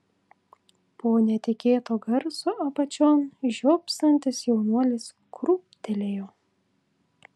po netikėto garso apačion žiopsantis jaunuolis krūptelėjo